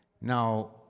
Now